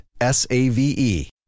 S-A-V-E